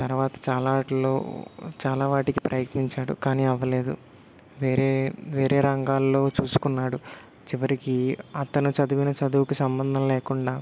తర్వాత చాలాటిల్లో చాలా వాటికి ప్రయత్నించాడు కానీ అవ్వలేదు వేరే వేరే రంగాల్లో చూసుకున్నాడు చివరికి అతను చదివిన చదువుకి సంబంధం లేకుండా